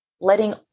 letting